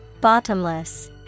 Bottomless